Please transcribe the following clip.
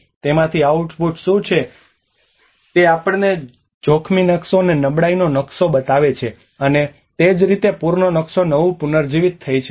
અને તેમાંથી આઉટપુટ શું છે તે આપણને જોખમી નકશો અને નબળાઈનો નકશો બતાવે છે અને તે જ રીતે પૂરનું નકશો નવું પુનર્જીવિત થઇ છે